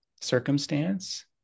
circumstance